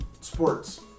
sports